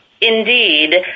Indeed